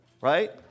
Right